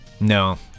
No